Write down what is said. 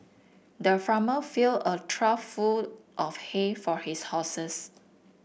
the farmer filled a trough full of hay for his horses